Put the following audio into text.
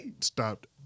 stopped